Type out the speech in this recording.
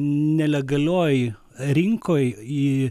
nelegalioj rinkoj į